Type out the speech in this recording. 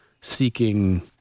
seeking